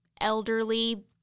elderly